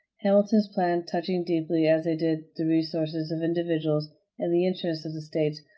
hamilton's plans, touching deeply as they did the resources of individuals and the interests of the states,